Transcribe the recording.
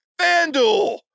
FanDuel